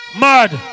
Mad